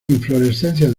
inflorescencia